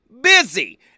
busy